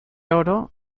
oro